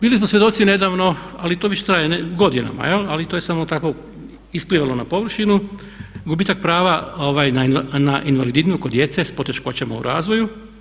Bili smo svjedoci nedavno, ali to već traje godinama jel' ali to je samo tako isplivalo na površinu, gubitak prava na invalidninu kod djece s poteškoćama u razvoju.